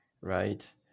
right